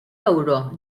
ewro